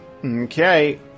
Okay